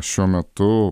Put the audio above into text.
šiuo metu